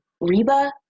Reba